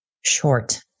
short